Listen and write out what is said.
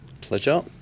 Pleasure